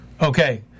okay